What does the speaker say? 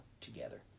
together